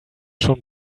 schon